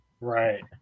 right